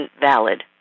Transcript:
valid